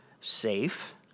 safe